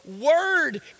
word